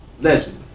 legend